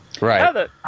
Right